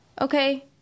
Okay